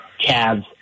Cavs